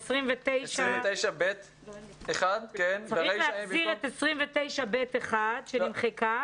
צריך להחזיר את סעיף 29(ב)(1) שנמחק,